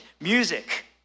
music